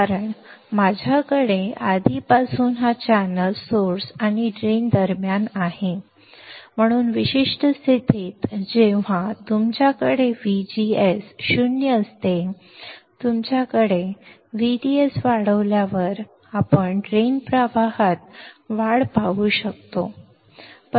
कारण माझ्याकडे आधीपासून हा चॅनेल स्त्रोत आणि ड्रेन दरम्यान आहे म्हणून विशिष्ट स्थितीत जेव्हा तुमच्याकडे VGS 0 असते जेव्हा तुमच्याकडे VGS 0 असते आणि VDS वाढवल्यावर आपण ड्रेन प्रवाहात वाढ पाहू शकतो